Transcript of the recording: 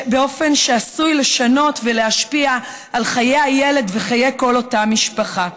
באופן שעשוי לשנות ולהשפיע על חיי הילד וחיי כל אותה משפחה.